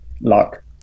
luck